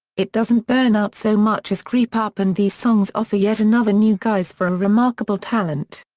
it doesn't burn out so much as creep up and these songs offer yet another new guise for a remarkable talent.